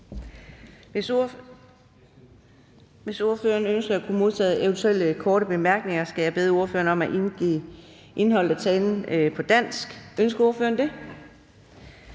Hvis ordføreren ønsker at kunne få eventuelle korte bemærkninger, skal jeg bede ordføreren om at gengive indholdet af talen på dansk. Ønsker ordføreren det?